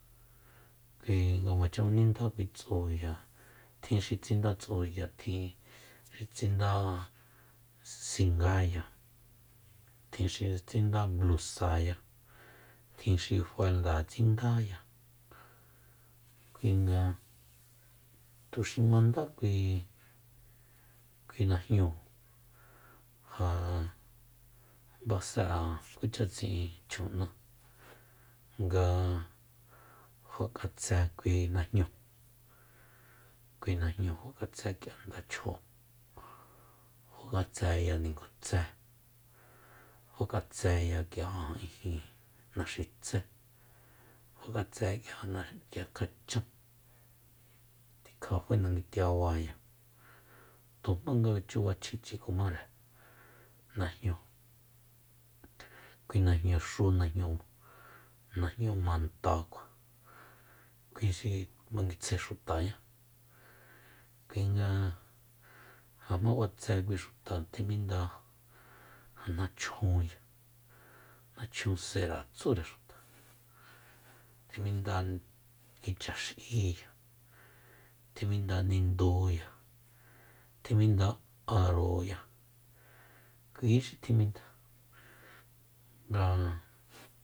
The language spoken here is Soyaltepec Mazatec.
Kui nga kuacha nindá kui tsuya tjin xi tsinda tsuya tjin tjin xi tsinda singáya tjin xi tsinda blusayaya tjin xi faldaya tsindaya kuinga tuxi manda kui najñúu ja base'an kucha tsi'in chjun'a nga fakatse kui najñúu kui najñu fa k'atse k'ia ndachjóo fak'atseya ningutse fak'atseya k'ia ijin naxitsé fa katse k'ia kjachan tikja fae nanguitiabaya tujma nga chubachjichi kumáre najñúu kui najñu xu najñu mantakua kui xi manguitsjae xutañá kuinga ja jma b'atse kuita tjiminda ja nachjunya nachjun sera tsúre xuta tjiminda kichax'íya tjiminda ninduya tjiminda aroya kui xi tjiminda nga